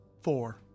Four